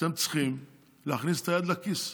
אתם צריכים להכניס את היד לכיס.